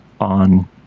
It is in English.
on